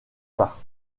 pas